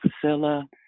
priscilla